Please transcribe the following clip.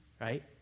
right